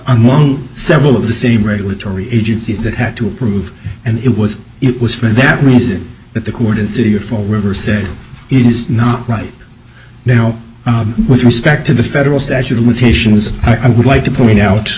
among several of the same regulatory agencies that had to approve and it was it was for that reason that the court is here for reverse it is not right now with respect to the federal statute of limitations i would like to point out